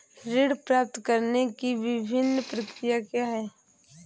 ऋण प्राप्त करने की विभिन्न प्रक्रिया क्या हैं?